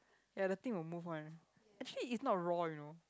ya the thing will move on actually it's not raw you know